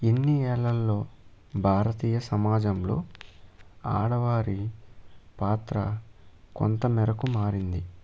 ఇన్ని ఏళ్లలో భారతీయ సమాజంలో ఆడవారి పాత్ర కొంతమెరకు మారింది